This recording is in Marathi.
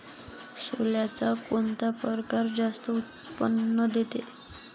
सोल्याचा कोनता परकार जास्त उत्पन्न देते?